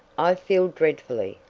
i feel dreadfully,